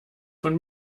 von